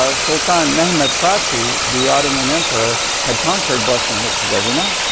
ah sultan mehemet fatih, the ottoman emperor had conquered bosnia-herzegovina,